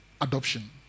adoption